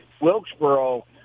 Wilkesboro